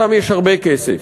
שם יש הרבה כסף.